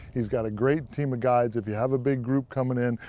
he's got a great team of guides. if you have a big group coming in,